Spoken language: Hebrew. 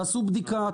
תעשו בדיקה,